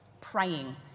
Praying